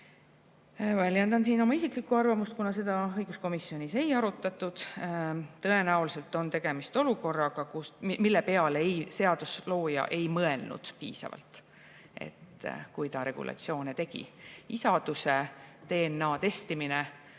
Väljendan siin oma isiklikku arvamust, kuna seda õiguskomisjonis ei arutatud. Tõenäoliselt on tegemist olukorraga, mille peale seaduslooja ei mõelnud piisavalt, kui ta regulatsioone tegi. Isaduse DNA-testimise